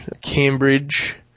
Cambridge